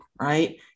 right